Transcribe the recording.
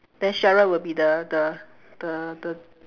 then sheryl will be the the the the